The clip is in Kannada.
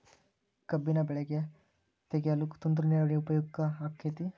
ಕಬ್ಬಿನ ಬೆಳೆ ತೆಗೆಯಲು ತುಂತುರು ನೇರಾವರಿ ಉಪಯೋಗ ಆಕ್ಕೆತ್ತಿ?